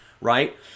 right